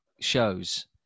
shows